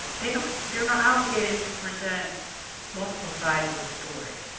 but they're they're not obligated to present multiple sides of the story.